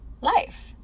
life